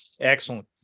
Excellent